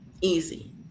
easy